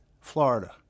Florida